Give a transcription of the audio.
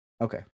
Okay